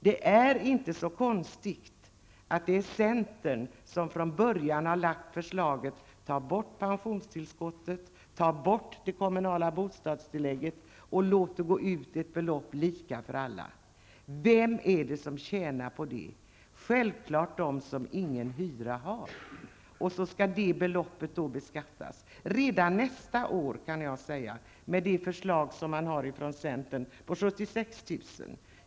Det är inte så konstigt att det är centern som från början har lagt fram förslaget: Ta bort pensionstillskottet, ta bort det kommunala bostadstillägget och låt det gå ut ett belopp lika för alla! Nästa år skulle beloppet vara 76 000 kr., enligt det förslag som finns från centern, och så skulle då det beloppet beskattas. Vem är det som tjänar på det? Självklart de som ingen hyra har.